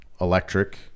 electric